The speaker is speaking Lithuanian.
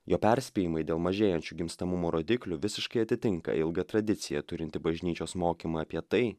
jo perspėjimai dėl mažėjančių gimstamumo rodiklių visiškai atitinka ilgą tradiciją turintį bažnyčios mokymą apie tai